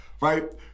right